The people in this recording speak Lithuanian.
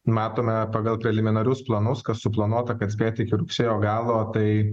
matome pagal preliminarius planus kas suplanuota kad spėti iki rugsėjo galo tai